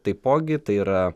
taipogi tai yra